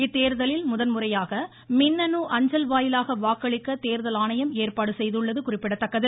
இத்தேர்தலில் முதன்முறையாக மின்னணு அஞ்சல் வாயிலாக வாக்களிக்க தேர்தல் ஆணையம் ஏற்பாடு செய்துள்ளது குறிப்பிடத்தக்கது